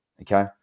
okay